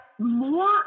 more